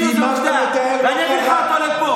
זה לא פייק ניוז ואני אביא לך אותו לפה.